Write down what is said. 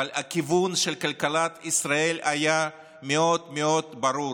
אבל הכיוון של כלכלת ישראל היה מאוד מאוד ברור: